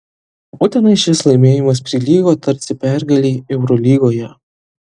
utenai šis laimėjimas prilygo tarsi pergalei eurolygoje